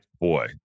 boy